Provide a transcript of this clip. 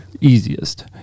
easiest